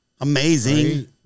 Amazing